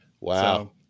Wow